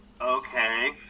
okay